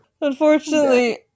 Unfortunately